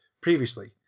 previously